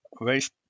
waste